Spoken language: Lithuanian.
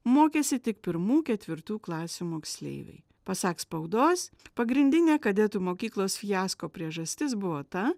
mokėsi tik pirmų ketvirtų klasių moksleiviai pasak spaudos pagrindinė kadetų mokyklos fiasko priežastis buvo ta